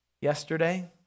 yesterday